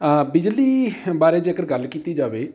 ਬਿਜਲੀ ਬਾਰੇ ਜੇਕਰ ਗੱਲ ਕੀਤੀ ਜਾਵੇ